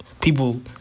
people